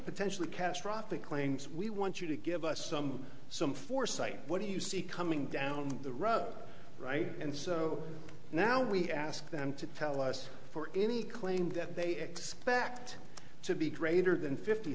potentially catastrophic claims we want you to give us some some foresight what do you see coming down the road right and so now we ask them to tell us for any claim that they expect to be greater than fifty